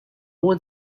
one